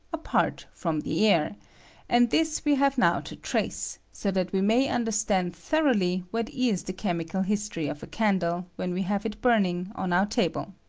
a part from the air and this we have now to trace, so that we may understand thoroughly what is the ctemi cal history of a candle when we have it burning on our table.